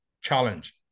challenge